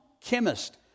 chemist